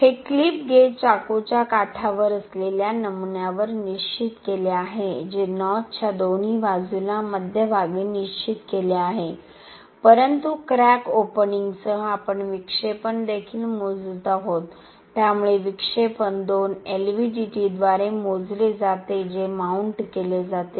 हे clip gauge चाकूच्या काठावर असलेल्या नमुन्यावर निश्चित केले आहे जे नॉचच्या दोन्ही बाजूला मध्यभागी निश्चित केले आहे परंतु क्रॅक ओपनिंगसह आपण विक्षेपण देखील मोजत आहोत त्यामुळे विक्षेपण दोन एलव्हीडीटीद्वारे मोजले जाते जे माउंट केले जाते